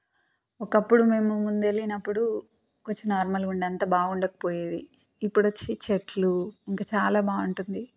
ఒకప్పుడు మేము ముందెళ్ళినప్పుడు కొంచెం నార్మల్గుండే అంత బాగుండక పోయేది ఇప్పుడొచ్చి చెట్లు ఇంక చాలా బాగుంటుంది